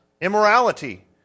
immorality